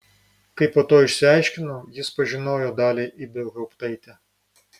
kaip po to išsiaiškinau jis pažinojo dalią ibelhauptaitę